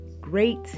Great